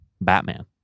Batman